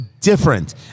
different